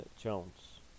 Jones